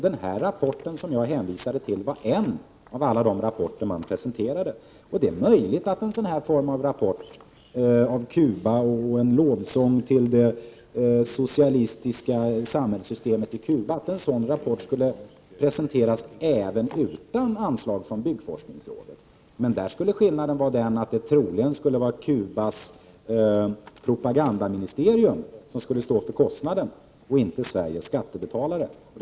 Den rapport som jag hänvisade till var en av alla de rapporter man presenterat. Det är möjligt att en sådan rapport, som är en lovsång till det socialistiska samhällssystemet i Cuba, skulle presenteras även utan anslag från byggforskningsrådet. Men skillnaden är den att det då troligen vore Cubas propagandaministerium och inte Sveriges skattebetalare som skulle stå för kostnaden.